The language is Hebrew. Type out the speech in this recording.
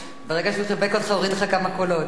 ברגע שהוא חיבק אותך, הוא הוריד לך כמה קולות, הא?